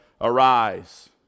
arise